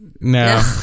No